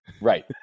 Right